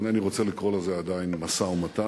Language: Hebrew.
אינני רוצה לקרוא לזה עדיין משא-ומתן,